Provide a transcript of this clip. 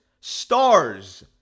stars